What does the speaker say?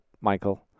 Michael